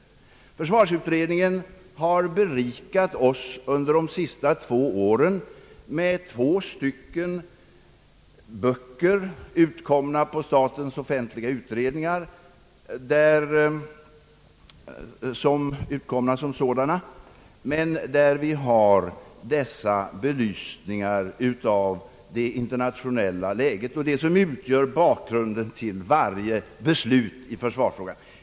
Försvarsutredningen har under de senaste två åren berikat oss med två stycken nyutkomna böcker, utgivna genom statens offentliga utredningar, vari belyses det internationella läget och det som utgör bakgrunden till varje beslut i försvarsfrågan.